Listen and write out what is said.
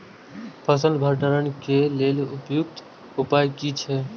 फसल भंडारण के लेल उपयुक्त उपाय कि छै?